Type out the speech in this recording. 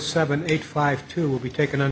seven eight five two will be taken